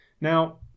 Now